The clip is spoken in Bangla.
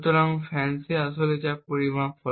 সুতরাং FANCI আসলে যা পরিমাপ করে